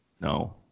No